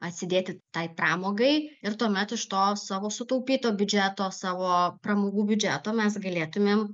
atsidėti tai pramogai ir tuomet iš to savo sutaupyto biudžeto savo pramogų biudžeto mes galėtumėm